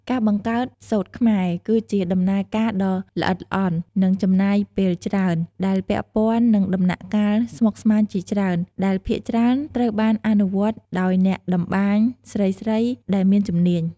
ការបង្កើតសូត្រខ្មែរគឺជាដំណើរការដ៏ល្អិតល្អន់ និងចំណាយពេលច្រើន ដែលពាក់ព័ន្ធនឹងដំណាក់កាលស្មុគស្មាញជាច្រើន ដែលភាគច្រើនត្រូវបានអនុវត្តដោយអ្នកតម្បាញស្រីៗដែលមានជំនាញ។